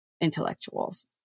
intellectuals